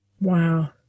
Wow